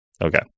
Okay